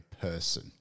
person